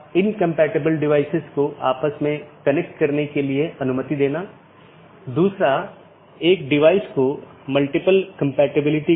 इसलिए मैं एकल प्रविष्टि में आकस्मिक रूटिंग विज्ञापन कर सकता हूं और ऐसा करने में यह मूल रूप से स्केल करने में मदद करता है